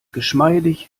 geschmeidig